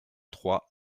trois